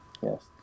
Yes